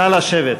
נא לשבת.